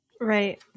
Right